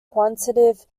quantitative